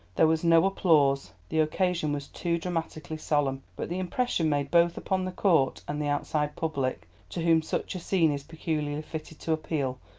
there was no applause, the occasion was too dramatically solemn, but the impression made both upon the court and the outside public, to whom such a scene is peculiarly fitted to appeal,